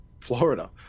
Florida